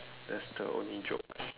that's the only joke